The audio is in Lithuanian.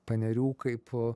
panerių kaip